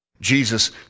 Jesus